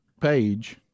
page